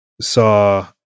saw